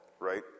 right